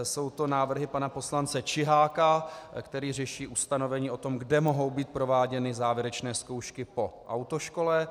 Jsou to návrhy pana poslance Čiháka, který řeší ustanovení o tom, kde mohou být prováděny závěrečné zkoušky po autoškole.